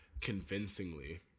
convincingly